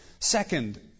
Second